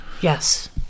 Yes